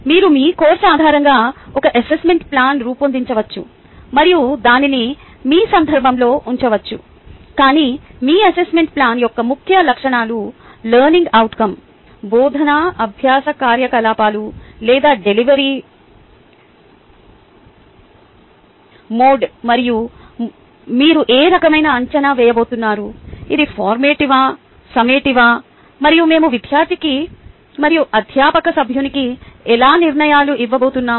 మీరు మీ కోర్సు ఆధారంగా ఒక అసెస్మెంట్ ప్లాన్ రూపొందించవచ్చు మరియు దానిని మీ సందర్భంలో ఉంచవచ్చు కానీ మీ అసెస్మెంట్ ప్లాన్ యొక్క ముఖ్య లక్షణాలు లెర్నింగ్ అవుట్కం బోధనా అభ్యాస కార్యకలాపాలు లేదా డెలివరీ మోడ్ మరియు మీరు ఏ రకమైన అంచనా వేయబోతున్నారు అది ఫార్మేటివ్దా సమ్మేటివ్దా మరియు మేము విద్యార్థికి మరియు అధ్యాపక సభ్యునికి ఎలా నిర్ణయాలు ఇవ్వబోతున్నాం